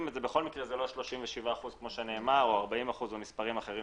אופן זה לא 37% כמו שנאמר או מספרים אחרים